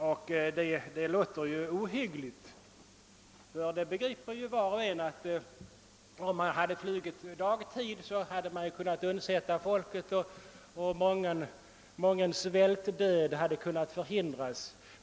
Detta låter ohyggligt, ty var och en begriper att om man flugit på dagtid hade man kunnat undsätta folket och förhindra många fall av svältdöd.